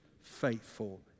faithful